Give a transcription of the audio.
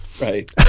Right